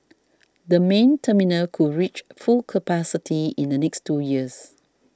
the main terminal could reach full capacity in the next two years